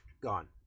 gone